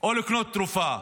או לקנות תרופה.